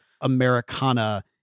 Americana